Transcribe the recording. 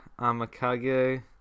Amakage